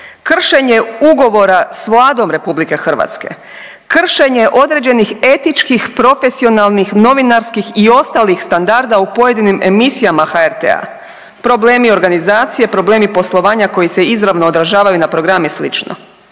Kršenje ugovora s Vladom RH. Kršenje određenih etičkih, profesionalnih, novinarskih i ostalih standarda u pojedinim emisijama HRT-a. Problemi organizacije, problemi poslovanja koji se izravno odražavaju na program i slično.